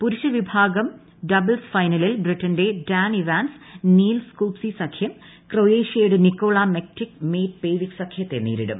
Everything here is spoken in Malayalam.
പുരുഷ വിഭാഗം ഡബിൾസ് ഫൈനലിൽ ബ്രിട്ടന്റെ ഡാൻ ഇവാൻസ് നീൽ സ്കുപ്സി സഖ്യം ക്രൊയേഷ്യയുടെ നിക്കോള മെക്റ്റിക് മേറ്റ് പേവിക് സഖ്യത്തെ നേരിടും